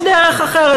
יש דרך אחרת,